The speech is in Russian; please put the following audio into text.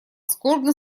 скорбно